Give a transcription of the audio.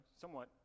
somewhat